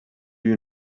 you